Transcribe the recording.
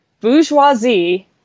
Bourgeoisie